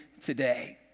today